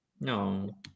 No